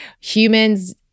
humans